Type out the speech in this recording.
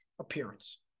appearance